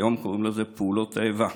היום קוראים לזה פעולות האיבה,